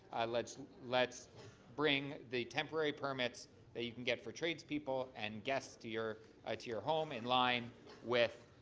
let so let eats bring the temporary permits that you can get for trades people and guests to your ah to your home in line with